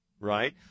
right